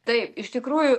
taip iš tikrųjų